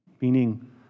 meaning